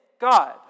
God